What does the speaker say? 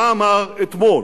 מה אמר אתמול